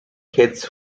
heads